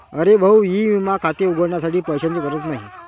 अरे भाऊ ई विमा खाते उघडण्यासाठी पैशांची गरज नाही